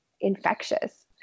infectious